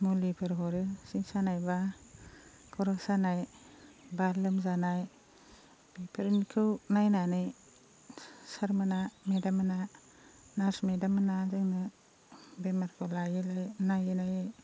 मुलिफोर हरो सिं सानायबा खर' सानायबा लोमजानाय बेफोरखौ नायनानै सारमोनहा मेदाम मोनहा नार्स मेदाम मोनहा जोंनो बेमारखौ लायै लायै नायै नायै